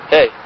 Hey